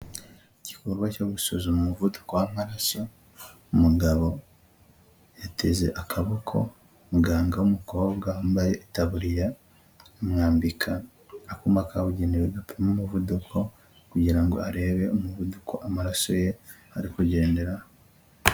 Igikorwa cyo gusuzuma umuvuduko w'amaraso, umugabo yateze akaboko, muganga w'umukobwa wambaye itaburiya amwambika akuma kabugenewe gapima umuvuduko, kugira ngo arebe umuvuduko amaraso ye ari kugenderaho.